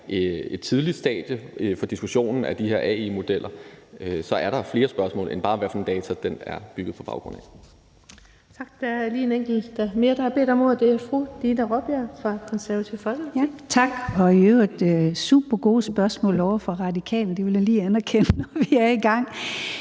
et tidligt stadie i diskussionen om de her AI-modeller, er der flere spørgsmål end bare, hvad for noget data den skal bygges på baggrund af.